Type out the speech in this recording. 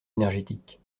énergétique